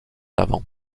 avant